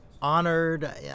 honored